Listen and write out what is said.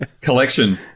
collection